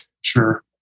sure